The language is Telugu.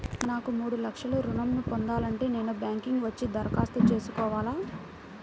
నాకు మూడు లక్షలు ఋణం ను పొందాలంటే నేను బ్యాంక్కి వచ్చి దరఖాస్తు చేసుకోవాలా?